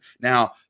Now